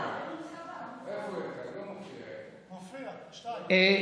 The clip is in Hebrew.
סעיף 100 לתקנון הכנסת נתקבלה.